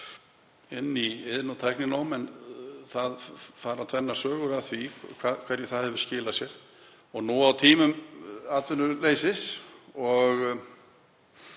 inn í iðn- og tækninám, en það fara tvennar sögur af því hverju það hefur skilað. Nú á tímum atvinnuleysis og